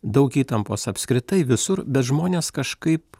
daug įtampos apskritai visur bet žmonės kažkaip